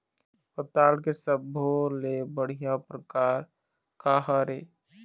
पताल के सब्बो ले बढ़िया परकार काहर ए?